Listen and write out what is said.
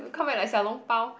we come back like Xiao-Long-Bao